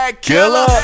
killer